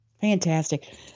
Fantastic